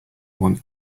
want